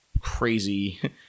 crazy